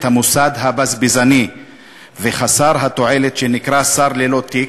המוסד הבזבזני וחסר התועלת שנקרא שר ללא תיק,